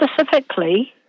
specifically